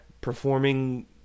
performing